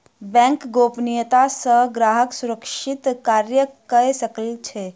bank गोपनियता सॅ ग्राहक सुरक्षित कार्य कअ सकै छै